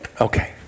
Okay